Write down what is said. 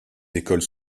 écoles